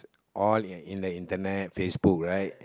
all in in the Internet Facebook right